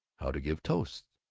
how to give toasts.